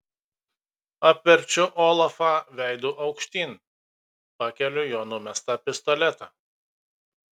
apverčiu olafą veidu aukštyn pakeliu jo numestą pistoletą